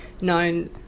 known